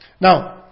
Now